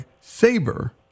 Saber